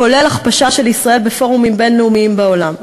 כולל הכפשה של ישראל בפורומים בין-לאומיים בעולם.